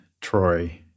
Troy